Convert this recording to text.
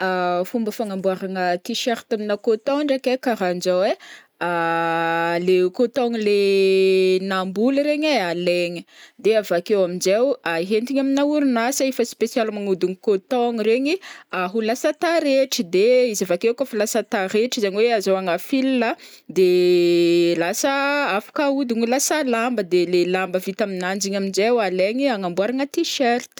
Fomba fagnamboaragna tiserta aminà coton ndraiky ai karahan'jao ai coton le namboly regny ai alaigna de avakeo am'jay o ahentigna aminà orinasa efa spesialy magnôdogno coton regny ho lasa taretry de izy avakeo kaofa lasa taretry zegny hoe azahoagna fila de lasa afaka ahodogno ho lasa lamba de le lamba vita aminanjy igny am'jay o alaigny agnamboaragna tiserta.